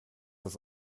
das